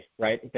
right